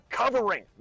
covering